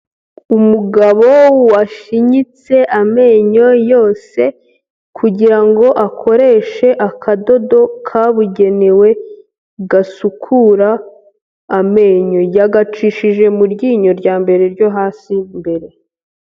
Umugabo washinyitse amenyo yose kugira ngo akoreshe akadodo kabugenewe, gasukura amenyo, yagacishije mu ryinyo rya mbere ryo hasi imbere.